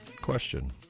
question